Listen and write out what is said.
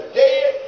dead